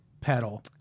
pedal